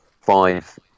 five